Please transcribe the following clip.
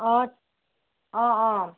অঁ অঁ অঁ